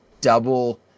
double